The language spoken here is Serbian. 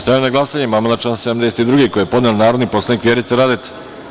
Stavljam na glasanje amandman na član 72. koji je podneo narodni poslanik Vjerica Radeta.